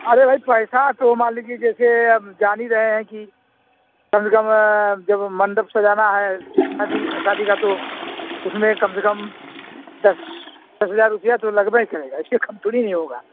अरे भाई पैसा तो मान लीजिए जैसे अब जान ही रहे हैं कि कम से कम जब मंडप सजाना है शादी शादी का तो उसमें कम से कम दस दस हजार रुपये तो लगबै करेगा इससे कम थोड़ी ना होगा